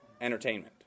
Entertainment